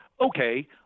okay